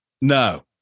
No